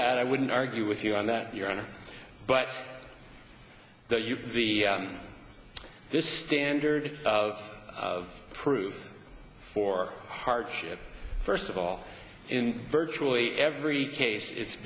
that i wouldn't argue with you on that your honor but the u v this standard of of proof for hardship first of all in virtually every case it's